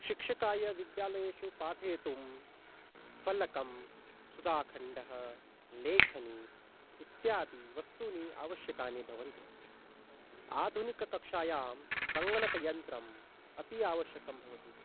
शिक्षकाय विद्यालयेषु पाठयितुं फ़लकं सुदाखण्डः लेखनी इत्यादि वस्तूनि आवश्यकानि भवन्ति आधुनिककक्षायां सङ्गणकयन्त्रम् अपि आवश्यकं भवति